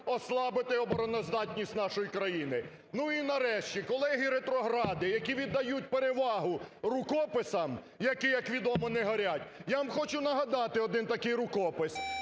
ослабити обороноздатність нашої країни. Ну і нарешті, колеги-ретрогради, які віддають перевагу рукописам, які, як відомо, не горять, я вам хочу нагадати один такий рукопис